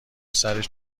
سرش